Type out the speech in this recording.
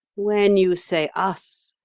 when you say us,